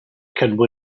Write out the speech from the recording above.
كلب